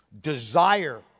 desire